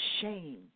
shame